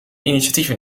initiatieven